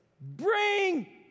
bring